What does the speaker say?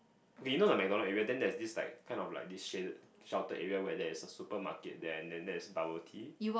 okay you know the McDonald area then there's this like kind of like this shaded sheltered area where there is a supermarket there and then there is bubble tea